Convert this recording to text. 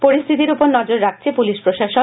পরিস্থিতির উপর নজর রাখছে পুলিশ প্রশাসন